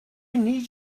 need